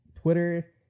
Twitter